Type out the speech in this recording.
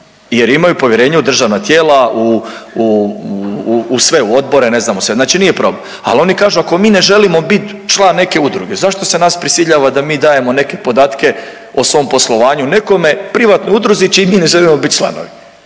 jer imaju povjerenja u državna tijela u, u, u sve u odbore, ne znamo sve, znači nije problem. Ali oni kažu ako mi ne želimo bit član neke udruge zašto se nas prisiljava da mi dajemo neke podatke o svom poslovanju nekome privatnoj udruzi čiji mi ne želimo biti članovi.